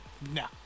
No